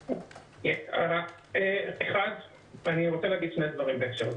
אני רוצה להגיד שני דברים בהקשר הזה.